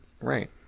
Right